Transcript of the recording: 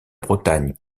bretagne